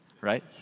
right